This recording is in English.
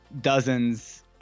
dozens